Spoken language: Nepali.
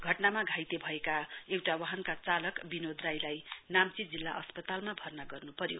घटनामा घाइते भएका एउटा वाहनका चालक विनोद राईलाई नाम्ची जिल्ला अस्पतालमा भर्ना गर्नुपर्यो